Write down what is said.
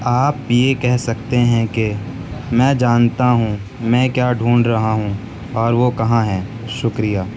آپ یہ کہہ سکتے ہیں کہ میں جانتا ہوں میں کیا ڈھونڈ رہا ہوں اور وہ کہاں ہیں شکریہ